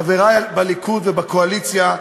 חברי בליכוד ובקואליציה,